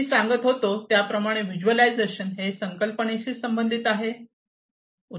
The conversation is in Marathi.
मी सांगत होतो त्याप्रमाणे व्हिज्युअलायझेशन हे संकल्पनेशी संबंधित आहे